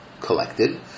collected